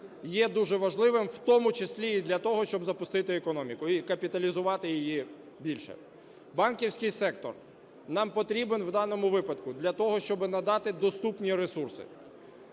є дуже важливим, в тому числі і для того, щоб запустити економіку і капіталізувати її більше. Банківський сектор нам потрібен в даному випадку для того, щоб надати доступні ресурси.